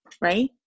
right